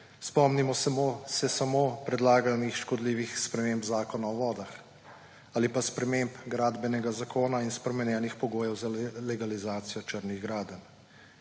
Spomnimo se samo predlaganih škodljivih sprememb Zakona o vodah ali pa sprememb Gradbenega zakona in spremenjenih pogojev za legalizacijo črnih gradenj.